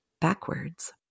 backwards